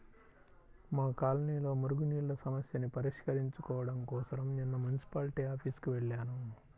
మా కాలనీలో మురుగునీళ్ళ సమస్యని పరిష్కరించుకోడం కోసరం నిన్న మున్సిపాల్టీ ఆఫీసుకి వెళ్లాను